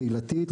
קהילתית,